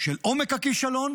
של עומק הכישלון